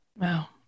Wow